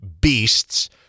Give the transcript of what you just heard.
beasts